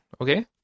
Okay